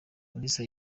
mulisa